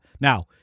Now